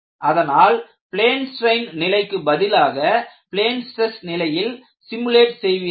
அதனால் plane strain நிலைக்கு பதிலாக பிளேன் ஸ்டிரஸ் நிலையில் சிமுலேட் செய்வீர்கள்